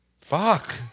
Fuck